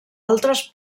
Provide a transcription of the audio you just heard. altres